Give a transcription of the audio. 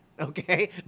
Okay